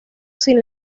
sin